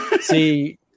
See